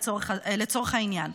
לצורך העניין.